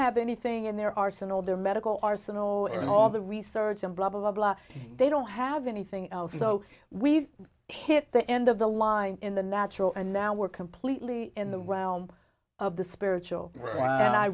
have anything in their arsenal their medical arsenal and all the research and blah blah blah they don't have anything else so we've hit the end of the line in the natural and now we're completely in the realm of the spiritual and i